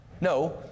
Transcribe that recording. no